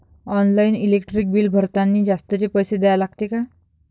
Online electric bill भरतानी जास्तचे पैसे द्या लागते का?